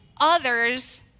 others